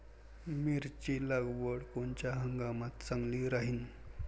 मिरची लागवड कोनच्या हंगामात चांगली राहीन?